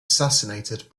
assassinated